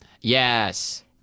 Yes